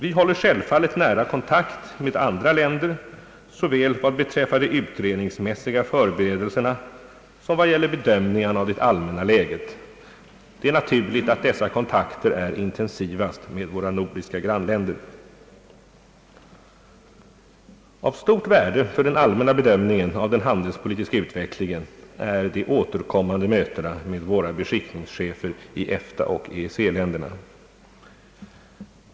Vi håller självfallet nära kontakt med andra länder såväl vad beträffar de utredningsmässiga förberedelserna som vad det gäller bedömningarna av det allmänna läget. Det är naturligt att dessa kontakter är intensivast med våra nordiska grannländer. Av stort värde för den allmänna bedömningen av den handelspolitiska utvecklingen är de återkommande mötena med våra beskickningschefer i EFTA och EEC-länderna.